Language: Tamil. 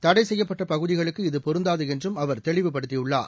தடைசெய்யப்பட்டபகுதிகளுக்கு இது பொருந்தாதுஎன்றும் அவர் தெளிவுபடுத்தியுள்ளார்